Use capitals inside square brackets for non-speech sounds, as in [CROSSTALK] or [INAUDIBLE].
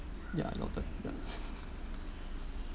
ya your turn ya [LAUGHS]